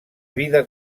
vida